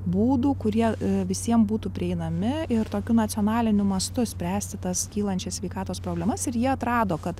būdų kurie visiem būtų prieinami ir tokiu nacionaliniu mastu spręsti tas kylančias sveikatos problemas ir jie atrado kad